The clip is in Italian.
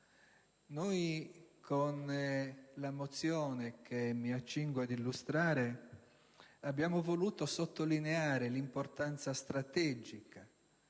Noi, con la mozione che mi accingo ad illustrare, abbiamo voluto sottolineare l'importanza strategica